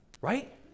Right